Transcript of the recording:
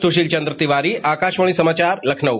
सुशील चन्द्र तिवारी आकाशवाणी समाचार लखनऊ